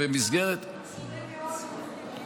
במסגרת, זה שונה מאוד, אדוני השר.